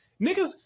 niggas